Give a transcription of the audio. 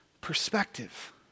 perspective